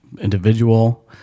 individual